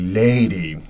lady